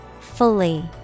Fully